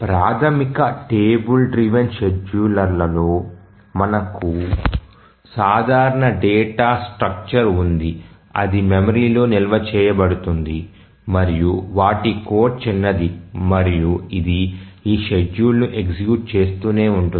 ప్రాథమిక table driven షెడ్యూలర్లో మనకు సాధారణ డేటా స్ట్రక్చర్ ఉంది అది మెమరీలో నిల్వ చేయబడుతుంది మరియు వాటి కోడ్ చిన్నది మరియు ఇది ఈ షెడ్యూల్ను ఎగ్జిక్యూట్ చేస్తూనే ఉంటుంది